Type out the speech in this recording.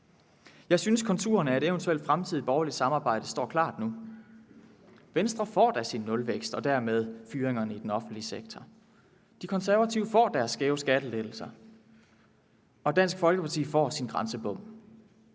Jeg synes, at konturerne af et eventuelt fremtidigt borgerligt samarbejde står klare nu. Venstre får da sin nulvækst og dermed fyringerne i den offentlige sektor, De Konservative får deres skæve skattelettelser, og Dansk Folkeparti får sin grænsebom.